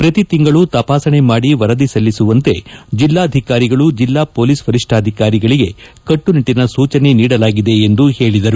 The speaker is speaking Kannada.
ಪ್ರತಿ ತಿಂಗಳು ತಪಾಸಣೆ ಮಾಡಿ ವರದಿ ಸಲ್ಲಿಸುವಂತ ಜಿಲ್ಲಾಧಿಕಾರಿಗಳು ಜಿಲ್ಲಾ ಪೊಲೀಸ್ ವರಿಷ್ಠಾಧಿಕಾರಿಗಳಿಗೆ ಕಟ್ಟುನಿಟ್ಟಿನ ಸೂಚನೆ ನೀಡಲಾಗಿದೆ ಎಂದು ಹೇಳಿದರು